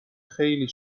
خیلی